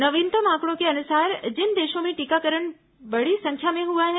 नवीनतम आंकड़ों के अनुसार जिन देशों में टीकाकरण बड़ी संख्या में हआ है